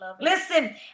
listen